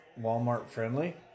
Walmart-friendly